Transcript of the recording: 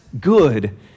good